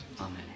Amen